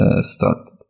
started